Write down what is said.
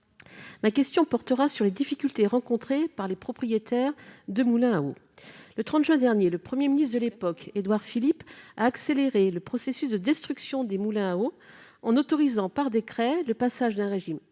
ma question portera sur les difficultés rencontrées par les propriétaires de moulins ou le 30 juin dernier le 1er ministre de l'époque, Édouard Philippe, à accélérer le processus de destruction des moulins à eau en autorisant par décret le passage d'un régime